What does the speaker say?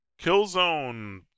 Killzone